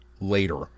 later